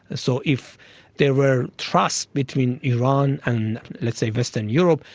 so if there were trust between iran and let's say western europe,